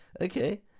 Okay